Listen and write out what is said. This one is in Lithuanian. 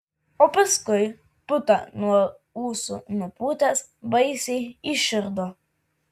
o paskui putą nuo ūsų nupūtęs baisiai įširdo